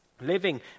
living